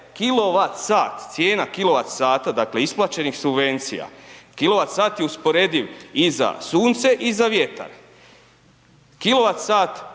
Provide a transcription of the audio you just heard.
kWh, cijena kWh, dakle isplaćenih subvencija, kWh je usporediv i za sunce i za vjetar. kWh